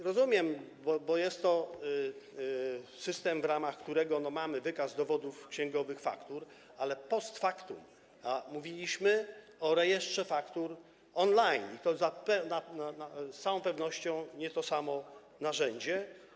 Rozumiem, bo jest to system, w ramach którego mamy wykaz dowodów księgowych, faktur, ale post factum mówiliśmy o rejestrze faktur on-line, i to z całą pewnością nie jest to samo narzędzie.